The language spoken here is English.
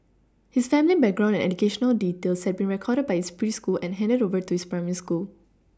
his family background and educational details had been recorded by his preschool and handed over to his primary school